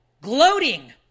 gloating